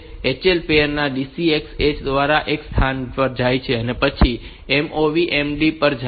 તેથી HL પૅર ત્યાં DCX H દ્વારા એક સ્થાને જાય છે અને પછી MOV MD પર જાય છે